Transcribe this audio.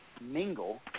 mingle